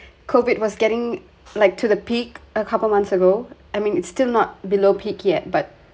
COVID was getting like to the peak a couple months ago I mean it's still not below peak yet but